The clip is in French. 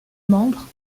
membre